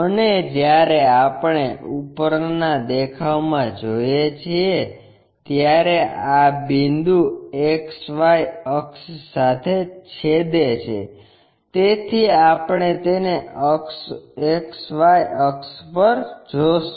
અને જ્યારે આપણે ઉપરના દેખાવમાં જોઈએ છીએ ત્યારે આ બિંદુ XY અક્ષ સાથે છેદે છે તેથી આપણે તેને XY અક્ષ પર જોશું